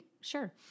sure